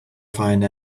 find